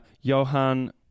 Johan